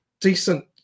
decent